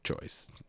choice